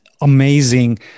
amazing